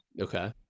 Okay